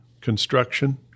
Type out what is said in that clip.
construction